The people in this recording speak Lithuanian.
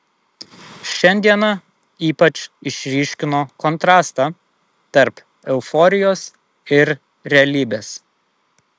šiandiena ypač išryškino kontrastą tarp euforijos ir realybės